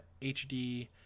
HD